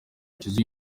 cyuzuye